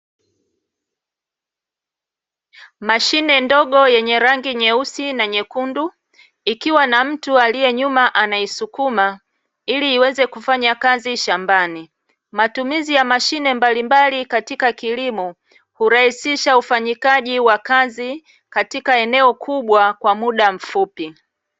Mashine ndogo yenye rangi nyeusi na nyekundu, ikiwa na mtu aliye nyuma anaisukuma, ili iweze kufanya kazi shambani. Matumizi ya mashine mbalimbali katika kilimo hurahisisha ufanyikaji wa kazi katika eneo kubwa kwa muda mfupi.